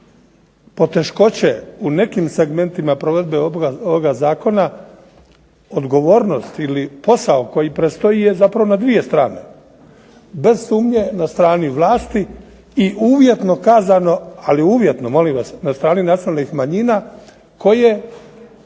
poteškoće u nekim segmentima provedbe ovoga zakona odgovornost ili posao koji predstoji je zapravo na dvije strane, bez sumnje na strani vlasti i uvjetno kazano, ali uvjetno molim vas na strani nacionalnih manjina koje